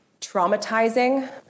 traumatizing